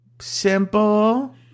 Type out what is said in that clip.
Simple